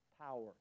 power